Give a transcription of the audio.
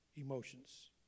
emotions